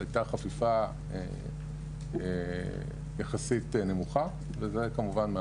הייתה חפיפה יחסית נמוכה וזה כמובן,